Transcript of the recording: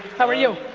how are you?